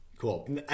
Cool